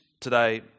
today